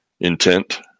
intent